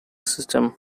system